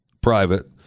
private